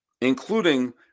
including